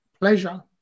pleasure